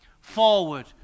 forward